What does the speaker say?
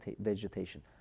vegetation